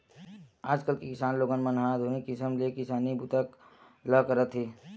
आजकाल के किसान लोगन मन ह आधुनिक किसम ले किसानी बूता ल करत हे